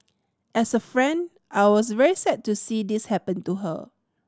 as a friend I was very sad to see this happen to her